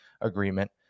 agreement